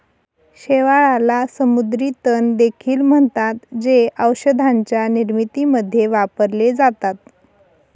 शेवाळाला समुद्री तण देखील म्हणतात, जे औषधांच्या निर्मितीमध्ये वापरले जातात